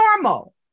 normal